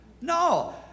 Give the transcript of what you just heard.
No